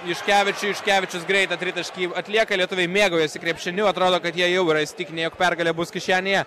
juškevičiui juškevičius greitą tritaškį jau atlieka lietuviai mėgaujasi krepšiniu atrodo kad jie jau yra įsitikinę jog pergalė bus kišenėje